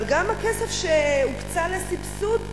אבל גם הכסף שהוקצה לסבסוד ייגרע,